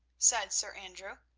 said sir andrew.